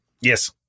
Yes